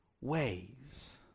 ways